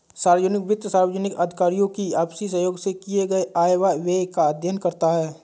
सार्वजनिक वित्त सार्वजनिक अधिकारियों की आपसी सहयोग से किए गये आय व व्यय का अध्ययन करता है